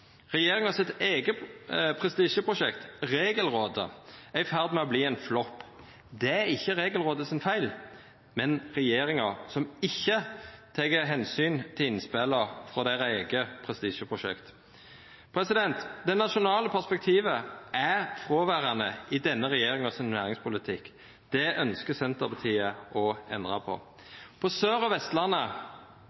regjeringa. Regjeringa sitt eige prestisjeprosjekt, Regelrådet, er i ferd med å verta ein flopp. Det er ikkje Regelrådet sin feil, men regjeringa, som ikkje tek omsyn til innspela frå deira eige prestisjeprosjekt. Det nasjonale perspektivet er fråverande i denne regjeringas næringspolitikk. Det ønskjer Senterpartiet å endra på.